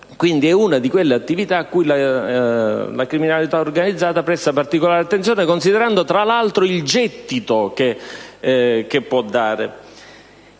Quindi è una di quelle attività cui la criminalità organizzata presta particolare attenzione, considerando tra l'altro il gettito che può dare.